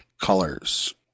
colors